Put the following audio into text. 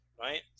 right